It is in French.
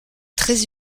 très